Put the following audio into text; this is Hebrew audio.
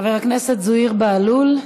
חבר הכנסת זוהיר בהלול,